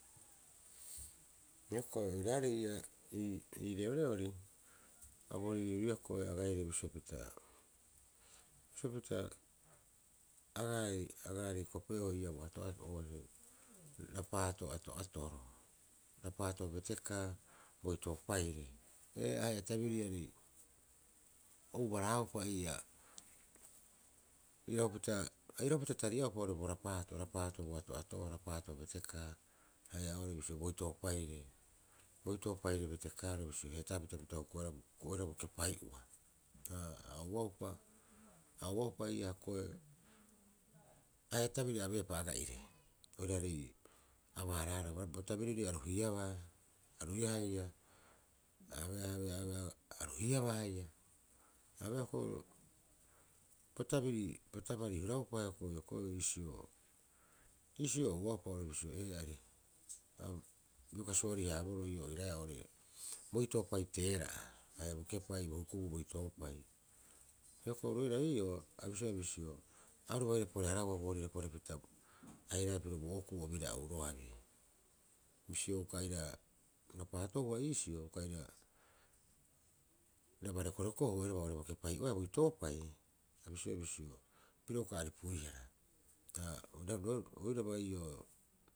Hioko'i oiraarei ii'aa ii- ii reoreori a boorire ruiaa agaire bisio pita- bisio pita agai- agaarei kope'oe ii'aa bo ato'ato raapaato ato'ato, raapaato beteka'a boitoopaire. Ee ahe'a tabiriarei o ubaraupa ii'aa iraupita, a iraupita tariaupaore bo raapaato raapaato o ato'ato'oo raapaat betekaa haia oo'ore bisio boitoopaire. Boitoopaire betekaaro bisio heetapita pita huku'oehara- huku'oehara bo kepai'oa, haa ouaupa a ouaupa ii'aa ko'ee ahe'a tabiri abeepa aga'ire oiraarei aba- haaraahara bo tabiri a ruhiabaa a ruiiaa haia a abeea abeea abeea a ruhiabaa haia abee ko'e bo tabiri bo tabari huraupa ko'e hioko'i bisio iisio ouaupa ore bisio ee'ari, a bioga suri- haabroo ii'oo oiraae ore boitoopai teera'a haia bo kepai bo hukubuu boitoopai. Hioko'i oru oira ii'oo abisioea bisio a orubaire pore- hareea bo boorire porepita airaae piro bo okuu obira'auroabi. Bisio uka aira rapaatohua iisio uka airaba rekorekohua oiraba bo kepai'oea boitoopai sa bisi'oe bisio piro uka aripuihara uta'aha, oiraba ii'oo.